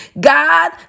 God